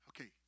Okay